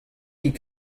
ket